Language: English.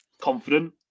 confident